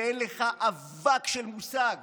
שאין לך אבק של מושג